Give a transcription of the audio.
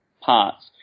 parts